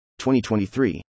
2023